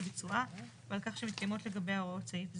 ביצועה ועל כך שמתקיימות לגביה הוראות סעיף זה,